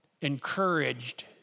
encouraged